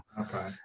okay